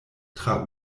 tra